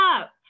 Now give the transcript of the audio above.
up